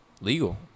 legal